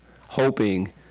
hoping